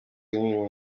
n’imirimo